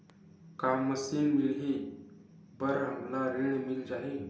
का मशीन मिलही बर हमला ऋण मिल जाही?